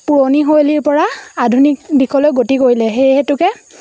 পুৰণি শৈলীৰপৰা আধুনিক দিশলৈ গতি কৰিলে সেই হেতুকে